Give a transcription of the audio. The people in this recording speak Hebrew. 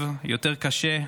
הכאב יותר קשה.